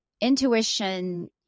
intuition